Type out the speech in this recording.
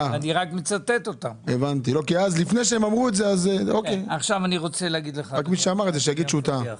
רק שמי שאמר את זה יגיד שהוא טעה.